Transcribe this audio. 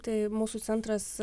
tai mūsų centras